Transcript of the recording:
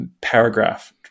paragraph